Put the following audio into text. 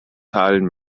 zahlen